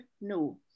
no